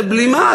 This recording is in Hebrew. זה בלימה,